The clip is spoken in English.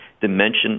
dimension